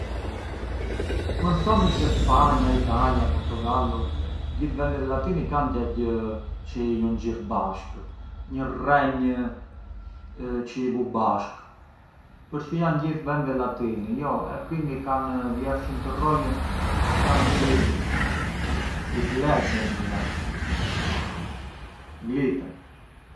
Mënd thomi se Spanja, Italia, Portogalu, gjith vendet latini, kan gjagjë çë i junxhir bashkë, një rrenjë çë i vu bashkë, përçë jan gjithë vende latini jo, e quindi kan vjershin të rrojën, e kan simili, i glet njeri me jatrin, gliten.